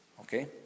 Okay